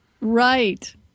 Right